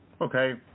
okay